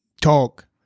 talk